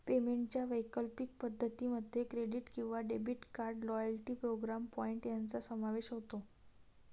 पेमेंटच्या वैकल्पिक पद्धतीं मध्ये क्रेडिट किंवा debit card, loyalty programme point यांचा समावेश होतो